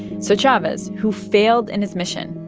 so chavez, who failed in his mission,